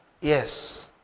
Yes